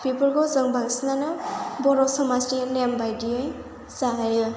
बेफोरखौ जों बांसिनानो बर' समाजनि नेम बायदियै जायो